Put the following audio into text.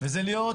להיות